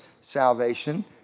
salvation